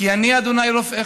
כי אני ה' רפאך".